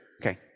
okay